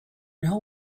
know